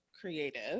creative